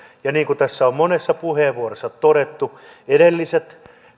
ja niin kuin tässä on monessa puheenvuorossa todettu edelliset